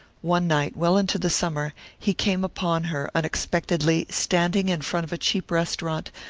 one night, well into the summer, he came upon her, unexpectedly, standing in front of a cheap restaurant,